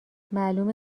معلومه